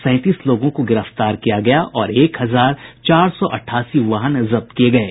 सैंतीस लोगों को गिरफ्तार किया गया और एक हजार चार सौ अट्ठासी वाहन जब्त किये गये